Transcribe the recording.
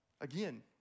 Again